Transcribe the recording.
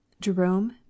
jerome